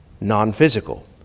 non-physical